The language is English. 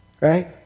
right